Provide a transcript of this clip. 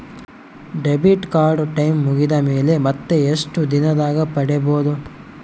Debit card time ಮುಗಿದ ಮೇಲೆ ಮತ್ತೆ ಎಷ್ಟು ದಿನದಾಗ ಪಡೇಬೋದು?